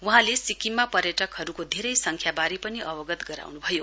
वहाँले सिक्किममा पर्यटकहरूको धेरै सङ्ख्याबारे पनि अवगत गराउन्भयो